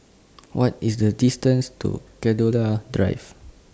What IS The distance to Gladiola Drive